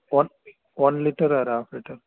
one one litre or half litre